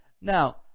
Now